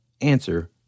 answer